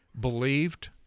believed